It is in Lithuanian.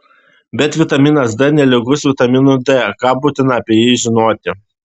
bet vitaminas d nelygus vitaminui d ką būtina apie jį žinoti